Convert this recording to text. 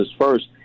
first